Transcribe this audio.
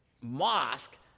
mosque